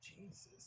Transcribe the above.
Jesus